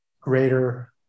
greater